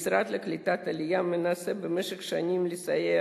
המשרד לקליטת העלייה מנסה במשך שנים לסייע